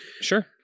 Sure